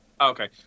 Okay